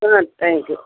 ஆ thank you